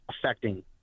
affecting